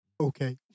Okay